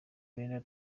brenda